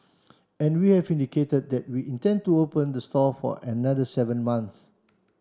and we have indicated that we intend to open the store for another seven months